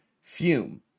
fume